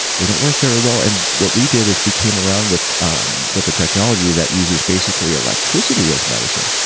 they don't work very well. and what we did, is we came around with um with a technology that uses, basically, electricity as medicine,